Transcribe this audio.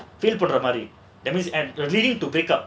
போடற மாதிரி:podara maadhiri that means at the leading to pick up